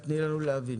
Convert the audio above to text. תני לנו להבין.